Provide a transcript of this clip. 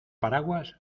paraguas